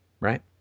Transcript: right